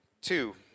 Two